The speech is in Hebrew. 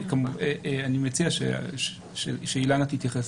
אני מציע שאילנה תתייחס